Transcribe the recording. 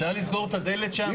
אפשר לסגור את הדלת שם?